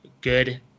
good